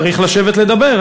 צריך לשבת ולדבר.